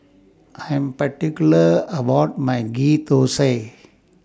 I Am particular about My Ghee Thosai